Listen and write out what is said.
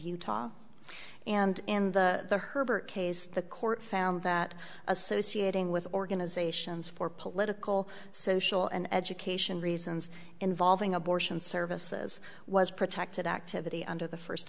utah and in the herbert case the court found that associating with organizations for political social and education reasons involving abortion services was protected activity under the first